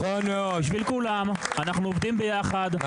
אנחנו עובדים ביחד,